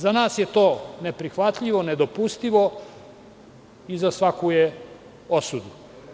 Za nas je to neprihvatljivo, nedopustivo i za svaku je osudu.